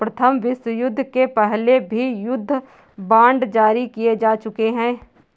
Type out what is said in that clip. प्रथम विश्वयुद्ध के पहले भी युद्ध बांड जारी किए जा चुके हैं